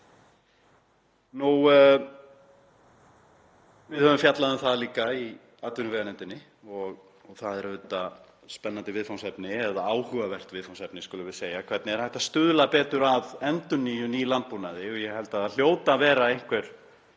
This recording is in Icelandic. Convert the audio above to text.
Við höfum fjallað um það líka í atvinnuveganefnd og það er auðvitað spennandi viðfangsefni eða áhugavert viðfangsefni, skulum við segja, hvernig hægt er að stuðla betur að endurnýjun í landbúnaði. Ég held að það hljóti að vera einhver